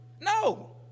No